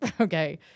Okay